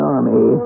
Army